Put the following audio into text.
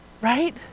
Right